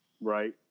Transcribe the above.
right